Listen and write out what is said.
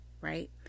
Right